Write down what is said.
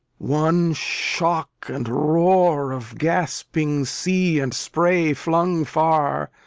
one shock and roar of gasping sea and spray flung far,